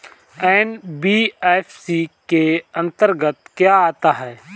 NBFC के अंतर्गत क्या आता है?